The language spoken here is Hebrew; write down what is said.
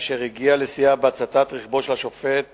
אשר הגיעה לשיאה בהצתת רכבו של השופט